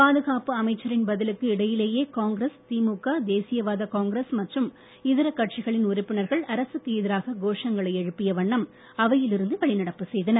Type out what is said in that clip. பாதுகாப்பு அமைச்சரின் பதிலுக்கு இடையிலேயே காங்கிரஸ் திமுக தேசியவாத காங்கிரஸ் மற்றும் இதர கட்சிகளின் உறுப்பினர்கள் அரசுக்கு எதிராக கோஷங்களை எழுப்பிய வண்ணம் அவையில் இருந்து வெளிநடப்பு செய்தனர்